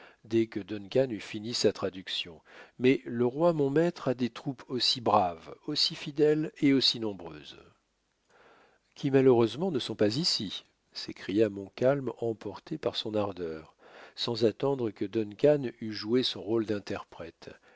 dès que duncan eut fini sa traduction mais le roi mon maître a des troupes aussi braves aussi fidèles et aussi nombreuses qui malheureusement ne sont pas ici s'écria montcalm emporté par son ardeur sans attendre que duncan eût joué son rôle d'interprète